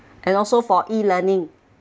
and also for e-learning